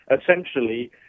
essentially